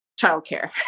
childcare